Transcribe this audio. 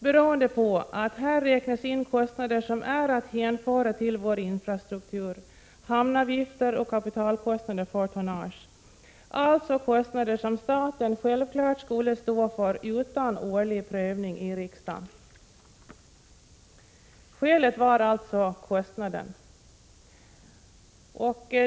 Därvid inräknas kostnader som är att hänföra till infrastruktur, hamnavgifter och kapitalkostnader för tonnage, alltså kostnader som staten självfallet skulle stå för utan årlig prövning i riksdagen. Skälet var alltså kostnaden.